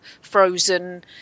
Frozen